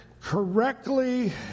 correctly